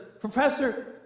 Professor